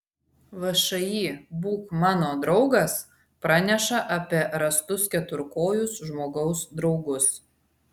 všį būk mano draugas praneša apie rastus keturkojus žmogaus draugus